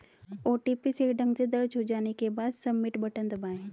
OTP सही ढंग से दर्ज हो जाने के बाद, सबमिट बटन दबाएं